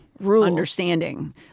understanding